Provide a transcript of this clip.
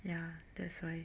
ya that's why